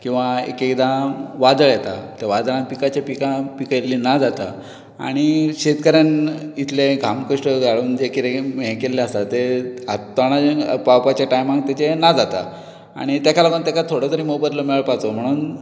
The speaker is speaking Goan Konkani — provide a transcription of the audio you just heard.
किवां एक एक दां वादळ येता वादळान पिकांची पिकां पिकयिल्लीं ना जातात आनी शेतकाऱ्यान इतले घाम कश्ट काडून इतले हें केल्लें आसता ते तोंडार पावपाचे टायमार तेचें ना जाता आनी तेका लागून तेका थोडो तरी मोबदलो मेळपाचो म्हणून